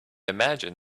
imagine